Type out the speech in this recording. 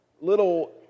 little